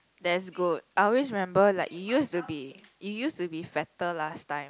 that's good I always remember like you used to be you used to be fatter last time